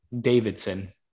Davidson